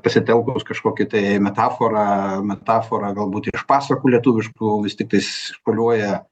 pasitelkus kažkokią tai metaforą metaforą galbūt iš pasakų lietuviškų vis tiktais šuoliuoja